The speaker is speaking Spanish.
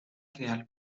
real